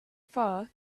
far